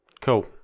Cool